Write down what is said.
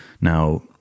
Now